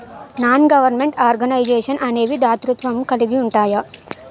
non government organisations అనేవి దాతృత్వం కలిగి ఉంటాయి